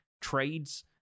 trades